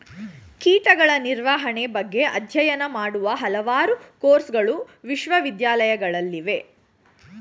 ಕೀಟಗಳ ನಿರ್ವಹಣೆ ಬಗ್ಗೆ ಅಧ್ಯಯನ ಮಾಡುವ ಹಲವಾರು ಕೋರ್ಸಗಳು ವಿಶ್ವವಿದ್ಯಾಲಯಗಳಲ್ಲಿವೆ